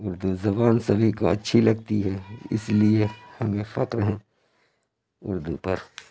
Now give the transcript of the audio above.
اردو زبان سبھی کو اچھی لگتی ہے اس لیے ہمیں فخر ہے اردو پر